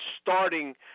starting